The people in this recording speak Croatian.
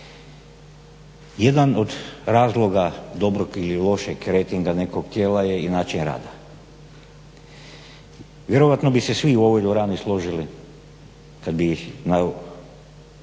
Jedan od razloga dobrog ili lošeg rejtinga nekog tijela je i način rada. Vjerojatno bi se svi u ovoj dvorani složili kad bi ih na